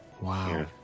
Wow